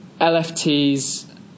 LFTs